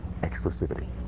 exclusivity